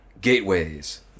gateways